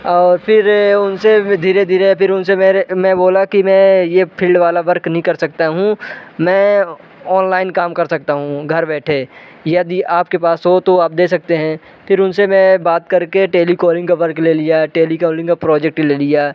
और फिर उनसे धीरे धीरे फिर उनसे मेरे मैं बोला कि मैं ये फील्ड वाला वर्क नहीं कर सकता हूँ मैं ऑनलाइन काम कर सकता हूँ घर बैठे यदि आपके पास हो तो आप दे सकते हैं फिर उनसे मैं बात करके टेलीकॉलिंग का वर्क ले लिया टेलीकॉलिंग का प्रोजेक्ट ले लिया